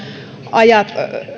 ajat